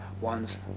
one's